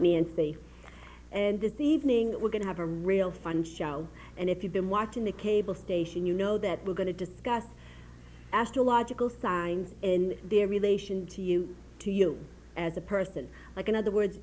me and faith and this evening we're going to have a real fun show and if you've been watching the cable station you know that we're going to discuss astrological signs in their relation to you to you as a person like in other words